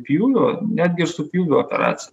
pjūvio netgi ir su pjūviu operacija